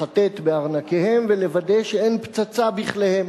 לחטט בארנקיהם ולוודא שאין פצצה בכליהם.